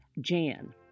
Jan